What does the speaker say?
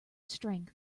strength